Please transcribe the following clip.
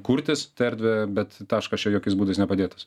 kurtis erdvę bet taškas čia jokiais būdais nepadėtas